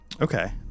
Okay